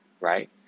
right